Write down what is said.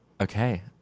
Okay